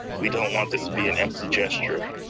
we don't want this to be an empty gesture.